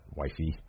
wifey